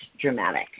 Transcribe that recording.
dramatic